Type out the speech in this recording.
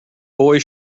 boy